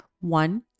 One